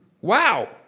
Wow